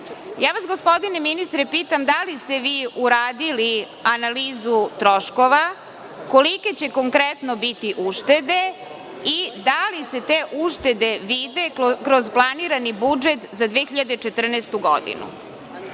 ušteda. Gospodine ministre, pitam vas da li ste vi uradili analizu troškova, kolike će konkretno biti uštede i da li se te uštede vide kroz planirani budžet za 2014. godinu? Kada